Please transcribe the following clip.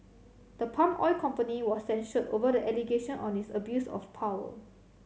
the palm oil company was censured over the allegation on its abuse of power